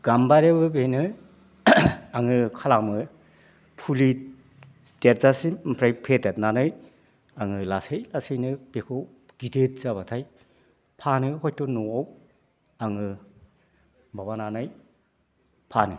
गाम्बारियाबो बेनो आङो खालामो फुलि देरजासिम ओमफ्राय फेदेरनानै आङो लासै लासैनो बेखौ गिदिर जाबाथाय फानो हयथ' न'आव आङो माबानानै फानो